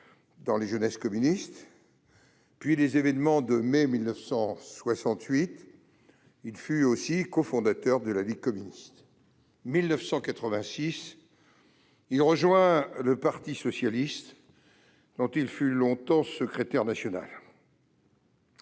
dans les Jeunesses communistes, puis lors des événements de mai 1968. Il fut aussi cofondateur de la Ligue communiste. En 1986, il rejoignit le parti socialiste, dont il fut longtemps secrétaire national.